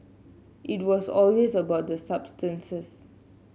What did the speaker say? it was always about the substances